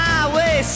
Highway